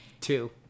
Two